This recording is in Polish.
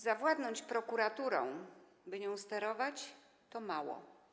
Zawładnąć prokuraturą, by nią sterować, to mało.